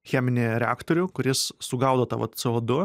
cheminį reaktorių kuris sugaudo tą vat cė o du